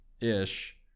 Ish